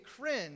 cringe